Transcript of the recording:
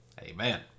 amen